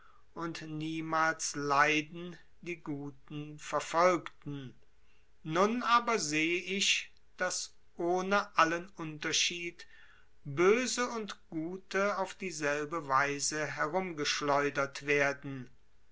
und niemals leiden die guten verfolgten nun aber sehe ich daß ohne allen unterschied böse und gute auf dieselbe weise herumgeschleudert werden